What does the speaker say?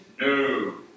No